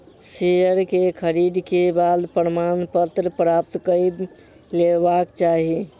share के खरीद के बाद प्रमाणपत्र प्राप्त कय लेबाक चाही